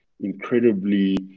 incredibly